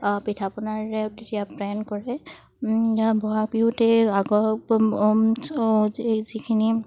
পিঠাপনাৰে অতিথি আপ্যায়ন কৰে ব'হাগ বিহুতে আগৰ যিখিনি